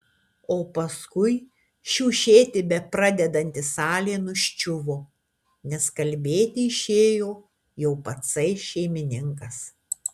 o paskui šiušėti bepradedanti salė nuščiuvo nes kalbėti išėjo jau patsai šeimininkas